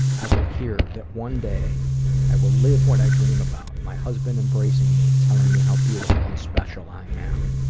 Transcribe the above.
i will hear that one day i will live what i dream about my husband embracing me telling me how beautiful and special i am.